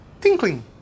Tinkling